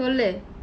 சொல்லு:sollu